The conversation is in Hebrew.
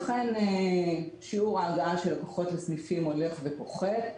לכן, שיעור ההגעה של לקוחות לסניפים הולך ופוחת.